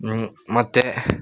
ನು ಮತ್ತು